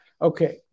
Okay